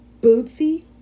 Bootsy